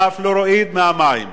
והפלואוריד, מהמים.